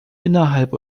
innerhalb